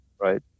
right